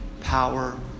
power